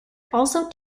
also